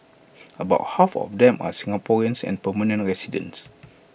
about half of them are Singaporeans and permanent residents